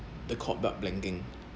the court blood banking